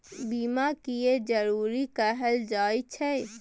बीमा किये जरूरी कहल जाय छै?